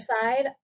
side